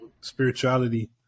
spirituality